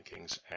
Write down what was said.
rankings